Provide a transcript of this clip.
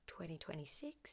2026